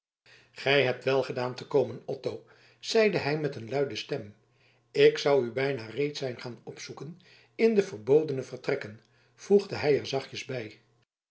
gij hebt welgedaan van te komen otto zeide hij met een luide stem ik zou u bijna reeds zijn gaan opzoeken in de verbodene vertrekken voegde hij er zachtjes bij